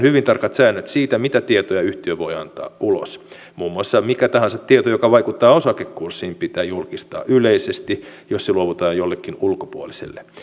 hyvin tarkat säännöt siitä mitä tietoja yhtiö voi antaa ulos muun muassa mikä tahansa tieto joka vaikuttaa osakekurssiin pitää julkistaa yleisesti jos se luovutetaan jollekin ulkopuoliselle